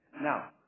now